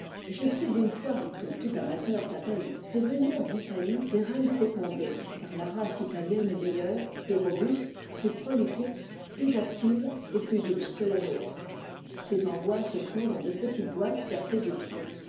j'ai plus d'une fois comme tout amateur dabeilles fait venir d'italie des reines fécondées car la race italienne est meilleure phis rpbuste plus prolifique plus active et douce que la nôtre ces envois se font de petites boites percées de